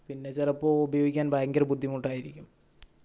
പിന്നെ ചിലപ്പോൾ ഉപയോഗിക്കാൻ ഭയങ്കര ബുദ്ധിമുട്ടായിരിക്കും